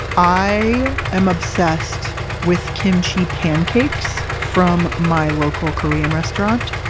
i am obsessed with kimchi pancakes from my local korean restaurant.